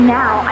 now